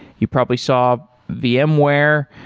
you probably saw vmware,